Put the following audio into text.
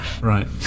Right